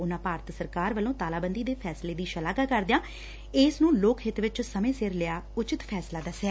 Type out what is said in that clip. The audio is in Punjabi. ਉਨੂਾ ਭਾਰਤ ਸਰਕਾਰ ਵੱਲੋਂ ਤਾਲਾਬੰਦੀ ਦੇ ਫੈਸਲੇ ਦੀ ਸ਼ਲਾਘਾ ਕਰਦਿਆਂ ਇਸ ਨੂੰ ਲੋਕ ਹਿਤ ਚ ਸਮੇਂ ਸਿਰ ਲਿਆ ਗਿਆ ਉਚਿਤ ਫੈਸਲਾ ਦੱਸਿਆ